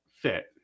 fit